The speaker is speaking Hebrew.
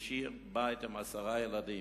והוא השאיר בית עם עשרה ילדים.